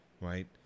right